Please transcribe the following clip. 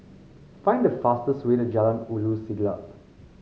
find the fastest way to Jalan Ulu Siglap